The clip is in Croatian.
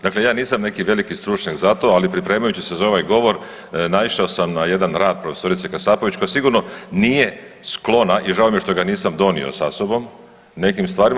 Dakle, ja nisam neki veliki stručnjak za to ali pripremajući se za ovaj govor naišao sam na jedan rad profesorice Kasapović koja sigurno nije sklona i žao mi je što ga nisam donio sa sobom, u nekim stvarima.